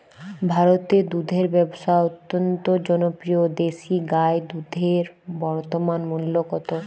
ভারতে দুধের ব্যাবসা অত্যন্ত জনপ্রিয় দেশি গাই দুধের বর্তমান মূল্য কত?